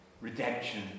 redemption